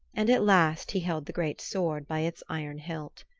and at last he held the great sword by its iron hilt.